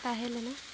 ᱛᱟᱦᱮᱸ ᱞᱮᱱᱟ